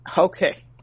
okay